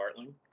Bartling